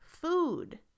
Food